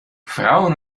frauen